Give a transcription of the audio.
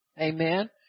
Amen